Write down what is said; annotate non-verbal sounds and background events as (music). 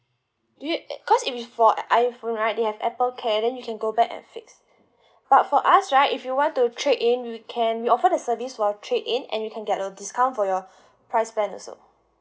do you cause if it for uh iphone right they have Apple care then you can go back and fix but for us right if you want to trade in we can we offer the service for trade in and you can get a discount for your (breath) price plan also